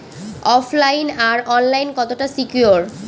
ওফ line আর online কতটা secure?